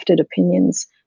opinions